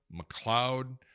McLeod